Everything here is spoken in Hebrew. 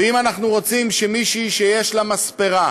ואם אנחנו רוצים שמישהי שיש לה מספרה